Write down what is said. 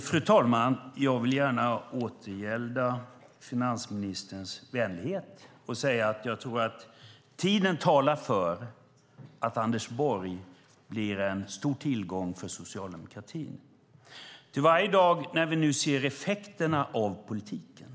Fru talman! Jag vill gärna återgälda finansministerns vänlighet och säga att jag tror att tiden talar för att Anders Borg blir en stor tillgång för socialdemokratin. Varje dag ser vi effekterna av politiken.